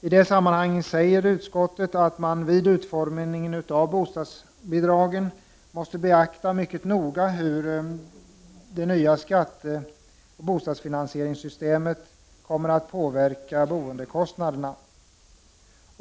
Utskottet säger i detta sammanhang att man vid utformningen av bostadsbidragen mycket noga måste beakta hur det nya skatteoch bostadsfinansieringssystemet kommer att påverka boendekostnaderna.